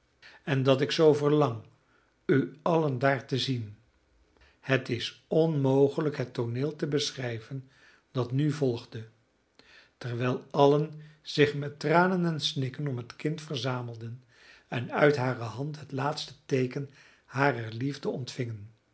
en dat ik zoo verlang u allen daar te zien het is onmogelijk het tooneel te beschrijven dat nu volgde terwijl allen zich met tranen en snikken om het kind verzamelden en uit hare hand het laatste teeken harer liefde ontvingen